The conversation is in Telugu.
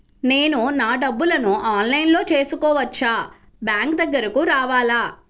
నేను నా డబ్బులను ఆన్లైన్లో చేసుకోవచ్చా? బ్యాంక్ దగ్గరకు రావాలా?